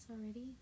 already